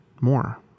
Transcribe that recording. more